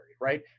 right